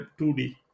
2D